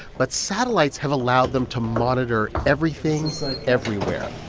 but satellites have allowed them to monitor everything everywhere.